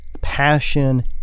passion